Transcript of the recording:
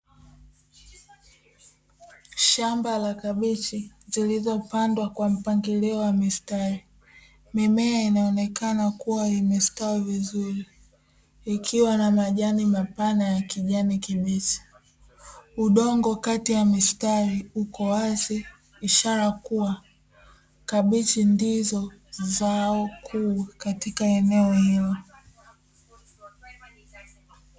Shamba la kabichi zilizopandwa kwa mpangilio wa mistari, mimea inaonekana kuwa imestawi vizuri ikiwa na majani mapana ya kijani kibichi, udongo kati ya mistari uko wazi ishara kuwa kabichi ndizo zao kuu katika eneo hilo.